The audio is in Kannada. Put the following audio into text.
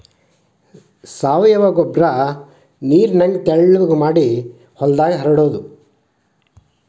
ಸಾವಯುವ ಗೊಬ್ಬರಾನ ನೇರಿನಂಗ ತಿಳುವಗೆ ಮಾಡಿ ಹೊಲದಾಗ ಹರಡುದು